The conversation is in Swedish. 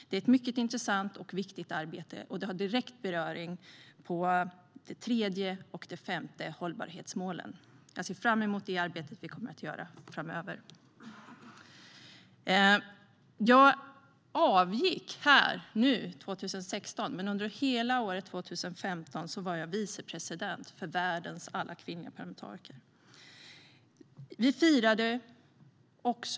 Det är ett mycket intressant och viktigt arbete som direkt berör det tredje och det femte hållbarhetsmålet. Jag ser fram emot det arbete vi kommer att göra framöver. Under hela 2015 var jag vicepresident för världens alla kvinnliga parlamentariker, men jag har avgått i år.